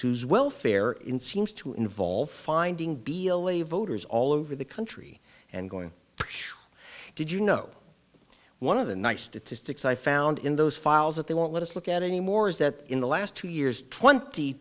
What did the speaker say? whose welfare in seems to involve finding be away voters all over the country and going did you know one of the nice statistics i found in those files that they won't let us look at anymore is that in the last two years twenty